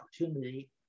opportunity